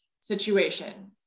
situation